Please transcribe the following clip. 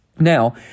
Now